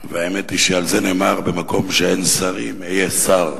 והאמת היא שעל זה נאמר, במקום שאין שרים, היה שר.